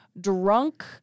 drunk